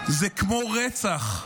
זה כמו רצח.